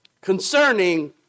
concerning